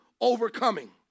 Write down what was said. overcoming